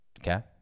Okay